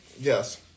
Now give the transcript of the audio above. Yes